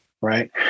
right